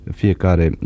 fiecare